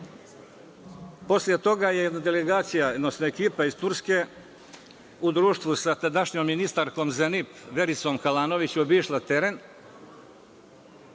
Posle toga je delegacija, odnosno ekipa iz Turske u društvu sa tadašnjom ministarkom za NIP Vericom Kalanović obišla teren,